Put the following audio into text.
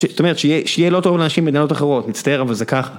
זאת אומרת שיהיה לא טוב לאנשים במדינות אחרות מצטער אבל זה ככה